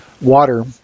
Water